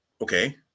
okay